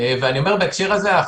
בהקשר הזה,